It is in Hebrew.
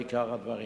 את עיקר הדברים: